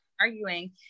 arguing